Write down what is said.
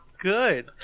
good